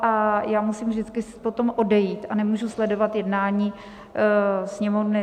A já musím vždycky potom odejít a nemůžu sledovat jednání Sněmovny.